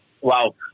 Wow